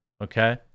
Okay